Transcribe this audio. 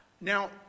Now